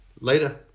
Later